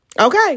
Okay